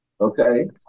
Okay